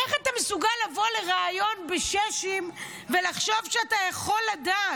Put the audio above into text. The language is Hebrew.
איך אתה מסוגל לבוא לריאיון ב"שש עם" ולחשוב שאתה יכול לדעת?